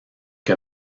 que